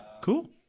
Cool